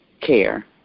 care